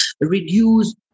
reduce